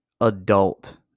adult